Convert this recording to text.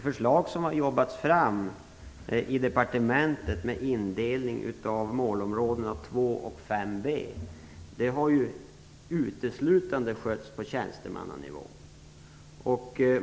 Fru talman! Departementsförslaget till indelning av målområdena 2 och 5b har arbetats fram uteslutande på tjänstemannanivå.